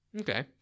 Okay